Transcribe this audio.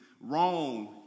wrong